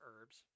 herbs